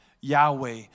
Yahweh